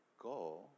go